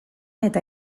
eta